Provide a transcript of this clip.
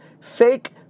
fake